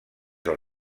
del